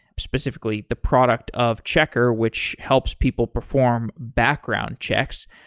specifically, the product of checkr, which helps people perform background checks.